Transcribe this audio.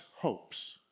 hopes